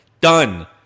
done